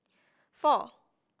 four